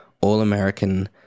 all-American